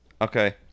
Okay